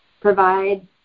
provide